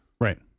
Right